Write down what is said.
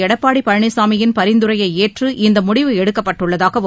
எடப்பாடி பழனிசாமியின் பரிந்துரையை ஏற்று இந்த முடிவு எடுக்கப்பட்டுள்ளதாகவும்